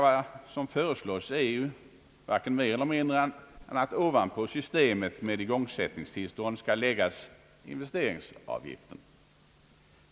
Vad som föreslås är ju varken mer eller mindre än att ovanpå systemet med igångsättningstillstånd skall läggas investeringsavgiften.